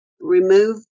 remove